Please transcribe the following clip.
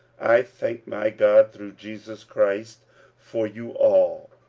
i thank my god through jesus christ for you all,